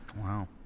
Wow